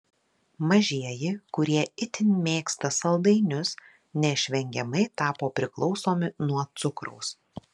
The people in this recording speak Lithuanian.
mažieji kurie itin mėgsta saldainius neišvengiamai tapo priklausomi nuo cukraus